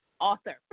Author